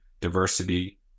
diversity